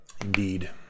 Indeed